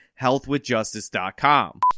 healthwithjustice.com